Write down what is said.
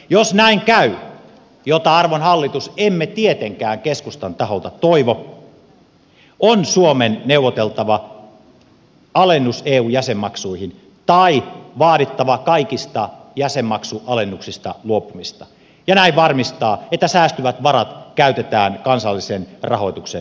jos näin käy mitä arvon hallitus emme tietenkään keskustan taholta toivo on suomen neuvoteltava alennus eun jäsenmaksuihin tai vaadittava kaikista jäsenmaksualennuksista luopumista ja näin varmistettava että säästyvät varat käytetään kansallisen rahoituksen kasvattamiseen